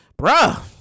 Bruh